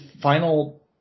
final –